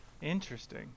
interesting